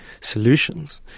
solutions